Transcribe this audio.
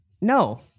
no